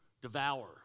devour